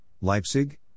Leipzig